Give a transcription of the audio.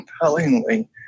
compellingly